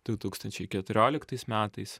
du tūkstančiai keturioliktais metais